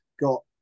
got